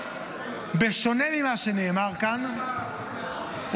בשונה ממה שנאמר כאן --- השר,